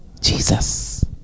Jesus